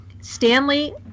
Stanley